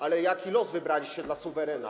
Ale jaki los wybraliście dla suwerena?